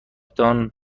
تان